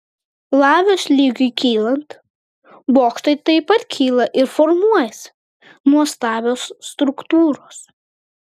lavos lygiui kylant bokštai taip pat kyla ir formuojasi nuostabios struktūros